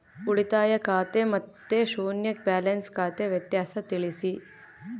ಉಳಿತಾಯ ಖಾತೆ ಮತ್ತೆ ಶೂನ್ಯ ಬ್ಯಾಲೆನ್ಸ್ ಖಾತೆ ವ್ಯತ್ಯಾಸ ತಿಳಿಸಿ?